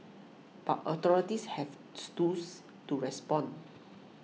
but authorities have stools to respond